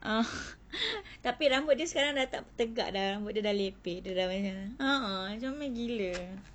oh tapi rambut dia sekarang dah tak tegak dah rambut dia dah leper a'ah comel gila